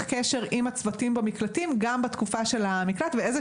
קשר עם הצוותים במקלטים גם בתקופה של המקלט ואיזו